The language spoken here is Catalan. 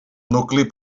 nucli